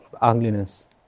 ugliness